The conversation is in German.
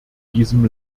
diesem